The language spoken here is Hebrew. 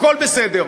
הכול בסדר.